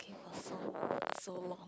so long